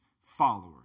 followers